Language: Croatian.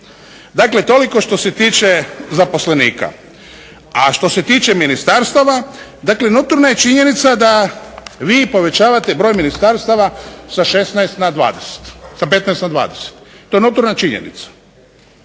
Dakle, toliko što se tiče zaposlenika. A što se tiče ministarstava, dakle notorna je činjenica da vi povećavate broj ministarstava sa 15 na 20 to je notorna činjenica.